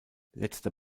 letzter